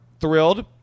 thrilled